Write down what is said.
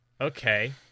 Okay